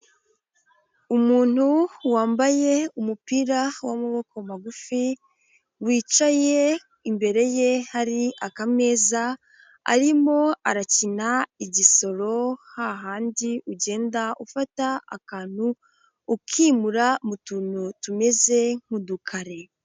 Umuntu wambaye umupira w'amaboko magufi wicaye, imbere ye hari akameza arimo arakina igisoro hahandi ugenda ufata akantu ukimura mu tuntu tumeze nk'udukari.